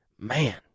Man